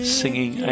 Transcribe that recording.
singing